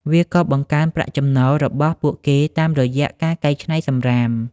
វាក៏បង្កើនប្រាក់ចំណូលរបស់ពួកគេតាមរយៈការកែច្នៃសំរាម។